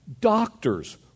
Doctors